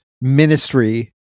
ministry